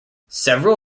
several